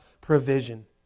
provision